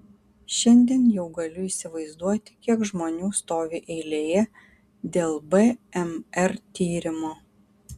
šiandien jau galiu įsivaizduoti kiek žmonių stovi eilėje dėl bmr tyrimo